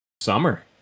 summer